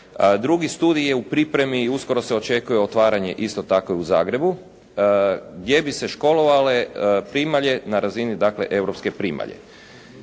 Drugi studij je u pripremi i uskoro se očekuje otvaranje isto tako u Zagrebu gdje bi se školovale primalje na razini dakle europske primalje.